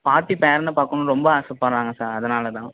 பாட்டி பேரனை பார்க்கணுன்னு ரொம்ப ஆசைப்படறாங்க சார் அதனால் தான்